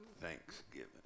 thanksgiving